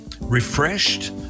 refreshed